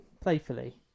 playfully